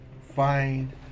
find